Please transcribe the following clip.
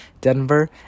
Denver